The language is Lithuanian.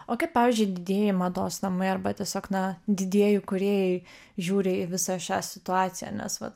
o kaip pavyzdžiui didieji mados namai arba tiesiog na didieji kūrėjai žiūri į visą šią situaciją nes vat